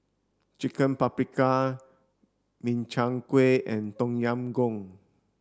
chicken Paprikas Makchang Gui and Tom Yam Goong